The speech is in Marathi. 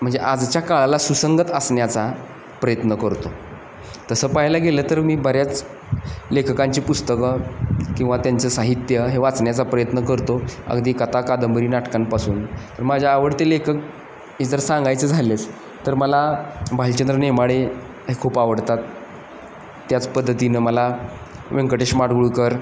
म्हणजे आजच्या काळाला सुसंगत असण्याचा प्रयत्न करतो तसं पाहायला गेलं तर मी बऱ्याच लेखकांची पुस्तकं किंवा त्यांचं साहित्य हे वाचण्याचा प्रयत्न करतो अगदी कथा कादंबरी नाटकांपासून माझ्या आवडते लेखक ही जर सांगायचे झालेच तर मला भालचंद्र नेमाडे हे खूप आवडतात त्याच पद्धतीनं मला व्यंकटेश माडगुळकर